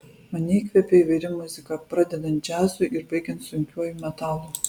mane įkvepia įvairi muzika pradedant džiazu ir baigiant sunkiuoju metalu